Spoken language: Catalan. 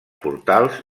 portals